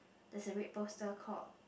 there's a red poster called